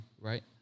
right